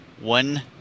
one